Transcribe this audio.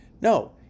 No